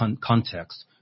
context